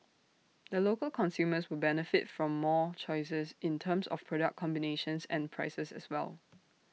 the local consumers will benefit from more choice in terms of product combinations and prices as well